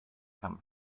come